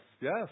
yes